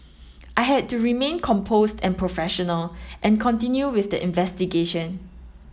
I had to remain composed and professional and continue with the investigation